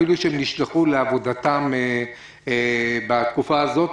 אפילו שהם נשלחו לעבודתם בתקופה הזו,